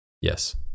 Yes